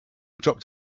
dropped